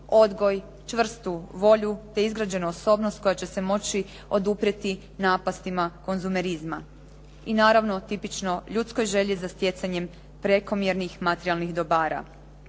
odgoj, čvrstu volju te izgrađenu osobnost koja će se moći oduprijeti napastima konzumerizma, i naravno tipično ljudskoj želji za stjecanjem prekomjernih materijalnih dobara.